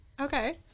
okay